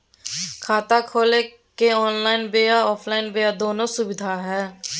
खाता खोले के ऑनलाइन बोया ऑफलाइन बोया दोनो सुविधा है?